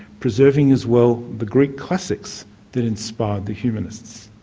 preserving as well the greek classics that inspired the humanists.